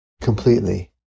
completely